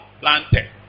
planted